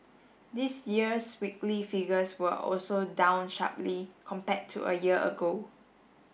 this year's weekly figures were also down sharply compared to a year ago